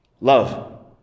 love